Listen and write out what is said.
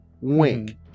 Wink